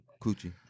coochie